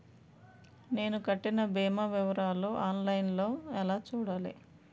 నేను కట్టిన భీమా వివరాలు ఆన్ లైన్ లో ఎలా చూడాలి?